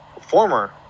former